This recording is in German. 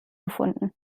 gefunden